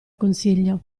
consiglio